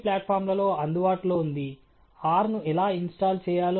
first principles విధానం ఒక ప్రాథమిక విధానం అయితే ఎంపిరికల్ విధానం అనేది డేటా ఆధారిత విధానం